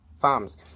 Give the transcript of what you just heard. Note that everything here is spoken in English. farms